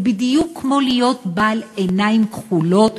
זה בדיוק כמו להיות בעל עיניים כחולות